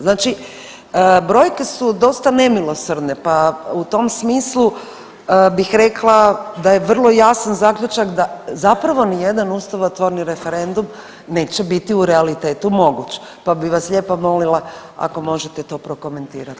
Znači brojke su dosta nemilosrdne pa u tom smislu bih rekla da je vrlo jasan zaključak da zapravo ni jedan ustavotvorni referendum neće biti u realitetu moguć, pa bih vas lijepo molila ako možete to prokomentirati.